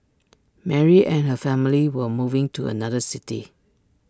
Mary and her family were moving to another city